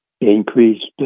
increased